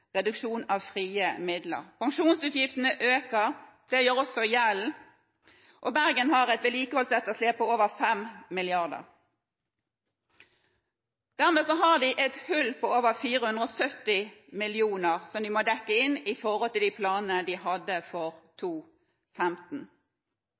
av frie midler. Pensjonsutgiftene øker, det gjør også gjelden. Og Bergen har et vedlikeholdsetterslep på over 5 mrd. kr. Dermed har de et hull på over 470 mill. kr som de må dekke inn i forhold til de planene de hadde for